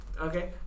Okay